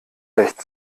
recht